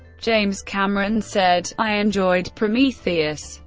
james cameron said i enjoyed prometheus.